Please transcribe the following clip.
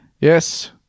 Yes